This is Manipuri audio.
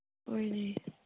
ꯍꯣꯏꯅꯦ